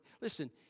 Listen